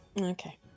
Okay